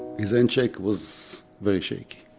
his handshake was very shaky.